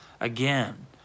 Again